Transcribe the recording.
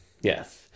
Yes